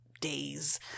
days